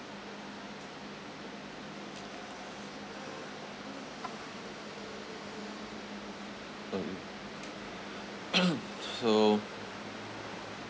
uh so